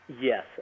Yes